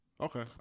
Okay